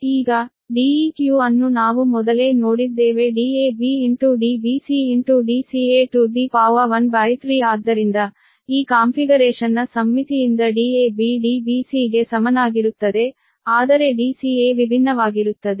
ಈಗ Deq ಅನ್ನು ನಾವು ಮೊದಲೇ ನೋಡಿದ್ದೇವೆ dab dbc dca13 ಆದ್ದರಿಂದ ಈ ಕಾನ್ಫಿಗರೇಶನ್ನ ಸಮ್ಮಿತಿಯಿಂದ dab dbc ಗೆ ಸಮನಾಗಿರುತ್ತದೆ ಆದರೆ dca ವಿಭಿನ್ನವಾಗಿರುತ್ತದೆ